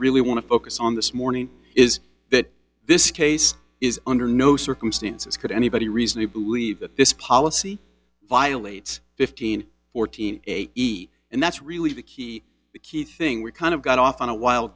really want to focus on this morning is that this case is under no circumstances could anybody reason to believe that this policy violates fifteen fourteen and that's really the key the key thing we kind of got off on a wild